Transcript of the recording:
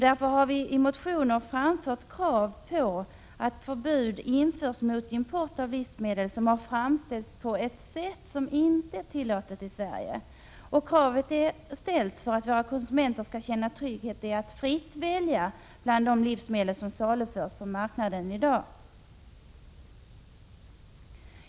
Därför har vi i motioner framfört krav på att förbud införs mot import av livsmedel, som har framställts på ett sätt som inte är tillåtet i Sverige. Kravet är ställt för att våra konsumenter skall känna trygghet när de fritt väljer bland de livsmedel som saluförs på marknaden i dag.